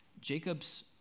Jacob's